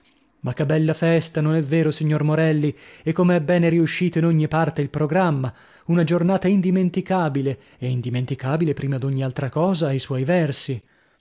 ma che bella festa non è vero signor morelli e come è bene riuscito in ogni parte il programma una giornata indimenticabile e indimenticabili prima d'ogni altra cosa i suoi versi